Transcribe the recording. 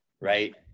right